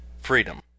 Freedom